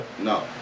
No